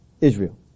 Israel